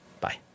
Bye